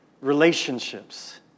Relationships